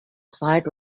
side